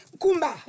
kumba